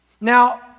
Now